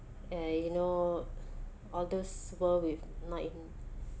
and you know all this world with not